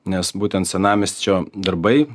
nes būtent senamiesčio darbai